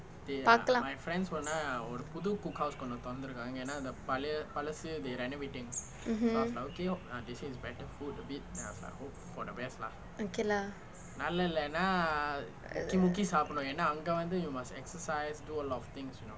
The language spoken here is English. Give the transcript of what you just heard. பார்க்கலாம்:paarkalaam okay lah